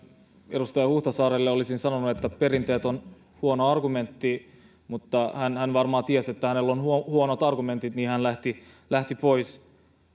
edustaja huhtasaarelle olisin sanonut että perinteet on huono argumentti mutta kun hän varmaan tiesi että hänellä on huonot argumentit niin hän lähti lähti pois